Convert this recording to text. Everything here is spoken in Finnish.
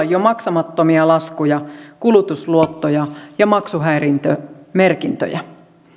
jo maksamattomia laskuja kulutusluottoja ja maksuhäiriömerkintöjä